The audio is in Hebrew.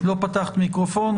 לא פתחת מיקרופון.